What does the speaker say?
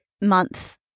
month